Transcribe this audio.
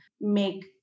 make